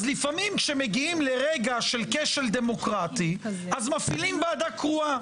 אז לפעמים כשמגיעים לרגע של כשל דמוקרטי אז מפעילים ועדה קרואה,